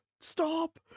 Stop